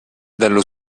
dallo